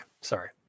Sorry